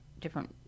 different